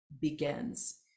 begins